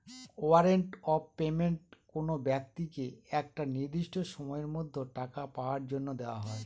warrant of payment কোনো ব্যক্তিকে একটা নির্দিষ্ট সময়ের মধ্যে টাকা পাওয়ার জন্য দেওয়া হয়